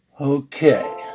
Okay